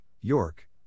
York